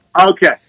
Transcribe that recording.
Okay